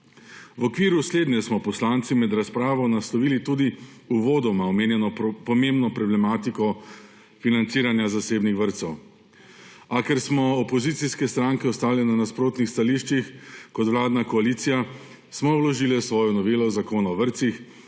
V okviru slednje smo poslanci med razpravo naslovili tudi uvodoma omenjeno pomembno problematiko financiranja zasebnih vrtcev, a ker smo opozicijske stranke ostale na nasprotnih stališčih kot vladna koalicija, smo vložile svojo novelo Zakona o vrtcih,